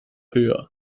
höher